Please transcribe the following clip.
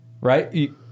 right